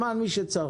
למען מי שצריך